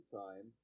time